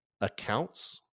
accounts